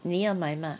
你要买吗